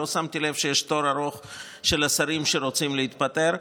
לא שמתי לב שיש תור ארוך של שרים שרוצים להתפטר.